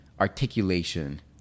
articulation